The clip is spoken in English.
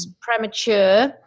premature